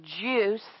juice